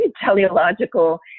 teleological